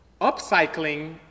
Upcycling